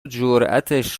جراتش